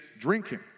drinking